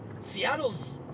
Seattle's